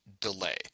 delay